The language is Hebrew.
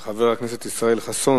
של חבר הכנסת ישראל חסון,